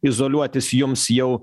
izoliuotis jums jau